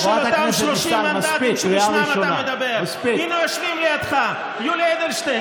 איך אתה ישן בלילה?